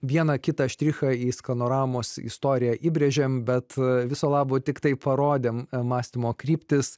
vieną kitą štrichą į skanoramos istoriją įbrėžiame bet viso labo tiktai parodėme mąstymo kryptis